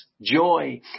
joy